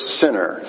sinner